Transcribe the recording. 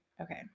Okay